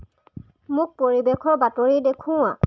মোক পৰিৱেশৰ বাতৰি দেখুওৱা